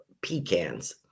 pecans